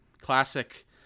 classic